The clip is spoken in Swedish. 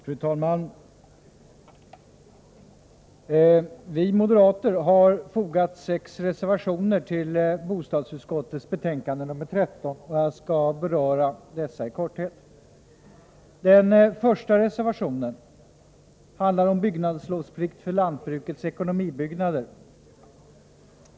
Fru talman! Vi moderater har fogat sex reservationer till bostadsutskottets betänkande nr 13, och jag skall kortfattat beröra dessa. Reservation 1 handlar om byggnadslovsplikt för lantbrukets ekonomibyggnader.